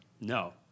No